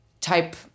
type